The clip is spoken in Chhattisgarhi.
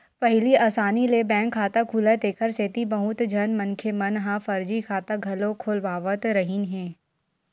पहिली असानी ले बैंक खाता खुलय तेखर सेती बहुत झन मनखे मन ह फरजी खाता घलो खोलवावत रिहिन हे